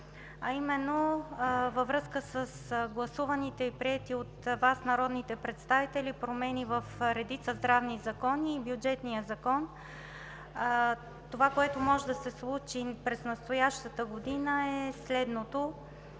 а именно във връзка с гласуваните и приети от Вас, народните представители, промени в редица здравни закони и бюджетния закон. Това, което може да се случи през настоящата година, е следното.